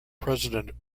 president